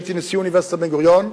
כשהייתי נשיא אוניברסיטת בן-גוריון,